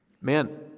man